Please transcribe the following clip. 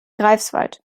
greifswald